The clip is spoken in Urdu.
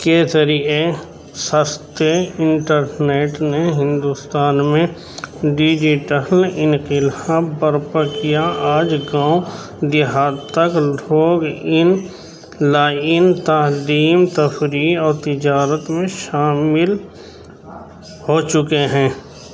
کے ذریعے سستے انٹرنیٹ نے ہندوستان میں ڈیجیٹل انقلاب برپا کیا آج گاؤں دیہات تک لوگ ان لائن تعلییم تفریح اور تجارت میں شامل ہو چکے ہیں